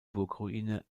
burgruine